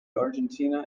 argentina